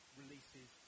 releases